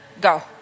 go